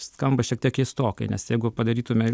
skamba šiek tiek keistokai nes jeigu padarytume